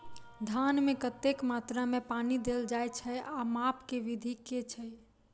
धान मे कतेक मात्रा मे पानि देल जाएँ छैय आ माप केँ विधि केँ छैय?